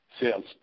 sales